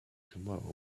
tomorrow